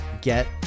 get